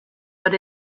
but